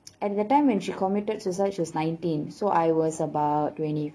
at that time when she committed suicide she was nineteen so I was about twenty